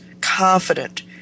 confident